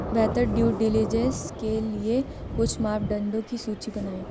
बेहतर due diligence के लिए कुछ मापदंडों की सूची बनाएं?